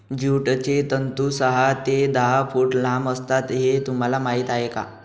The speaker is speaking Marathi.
ज्यूटचे तंतू सहा ते दहा फूट लांब असतात हे तुम्हाला माहीत आहे का